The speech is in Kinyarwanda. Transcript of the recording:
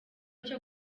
cyo